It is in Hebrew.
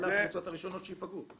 אלה הקבוצות הראשונות שייפגעו.